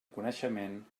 coneixement